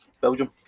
Belgium